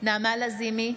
נעמה לזימי,